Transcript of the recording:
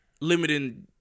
limiting